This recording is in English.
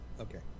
Okay